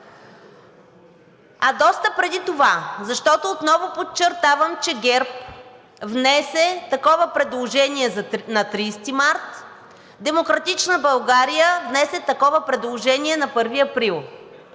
а доста преди това, защото, отново подчертавам, че ГЕРБ внесе такова предложение на 30 март, „Демократична България“ внесе такова предложение на 1 април